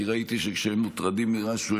כי ראיתי שכשהם מוטרדים ממשהו,